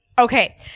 Okay